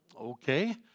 Okay